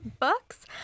Books